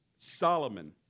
Solomon